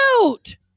cute